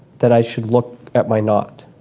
that i should look at my knot.